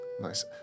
Nice